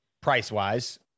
Price-wise